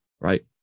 right